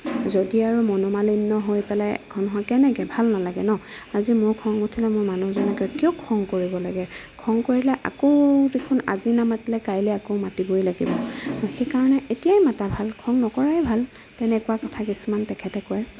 যদি আৰু মনোমালিন্য হৈ পেলাই এখন হয় কেনেকে ভাল নেলাগে ন আজি মোৰ খং উঠিল মোৰ মানুহজনকে কিয় খং কৰিব লাগে খং কৰিলে আকৌ দেখোন আজি নেমাতিলে কাইলে মাতিবই লাগিব সেইকাৰণে এতিয়াই মাতা ভাল খং নকৰাই ভাল তেনেকুৱা কথা কিছুমান তেখেতে কয়